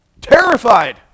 Terrified